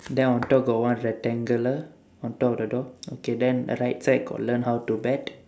then on top got one rectangular on top of the door okay then right side got learn how to bet